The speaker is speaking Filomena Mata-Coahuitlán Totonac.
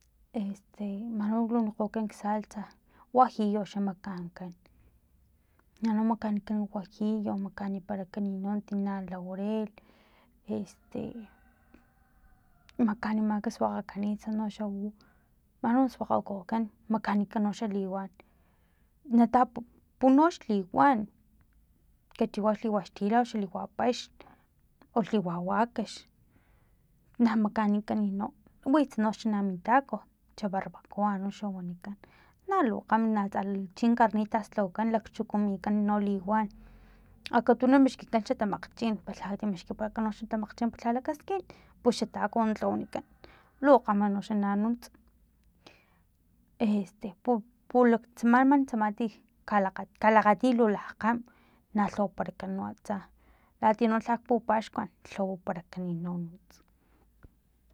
Este man no lhawakgokan xsalsa huajillo xa makanikan manino na makanikan huajillo makaniparakan no tina laurel este makanimak suakgakgonits noxa u man no na suakgakgokan makanikan noxa liwan na tapupu xa liwan kachiwa liwan xtilan o xa liwa paxn oxa liwa wakax na makanikan no witsa no min taco xa barbacoa xa wanikan nalu kgam natsa chin carnitas lhawakan lakchukumikan liwan akatunu mixkikan xatamakgchin palha katimixkiparakan xa tamakxchin pala lakaskin pus xa taco na lhawanikan lo kgama no xa nanunts este pulak tsama man tsama kalakgati lu lakgkgam na lhawaparakan no atsa latia no lhak pupaxkuan lhawaparakani no nunts